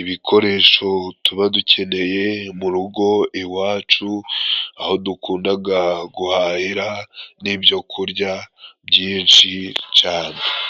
ibikoresho tuba dukeneye mu rugo iwacu ,aho dukundaga guhahira n'ibyo kurya byinshi cane.